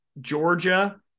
georgia